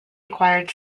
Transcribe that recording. acquired